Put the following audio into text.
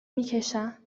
میکشن